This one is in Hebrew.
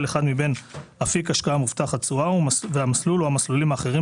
אחד מבין אפיק השקעה מובטח התשואה והמסלול או המסלולים האחרים,